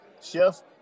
Chef